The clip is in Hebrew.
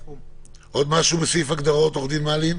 עוד משהו בסעיף ההגדרות, עורך הדין מלין?